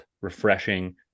refreshing